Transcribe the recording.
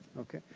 okay?